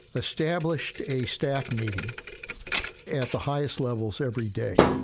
established a staff meeting at the highest levels every day.